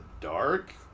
dark